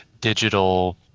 digital